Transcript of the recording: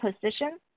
position